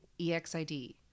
EXID